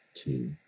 two